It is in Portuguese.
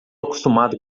acostumado